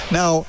now